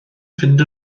fynd